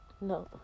no